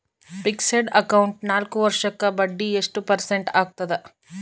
Fixed account ನಾಲ್ಕು ವರ್ಷಕ್ಕ ಬಡ್ಡಿ ಎಷ್ಟು ಪರ್ಸೆಂಟ್ ಆಗ್ತದ?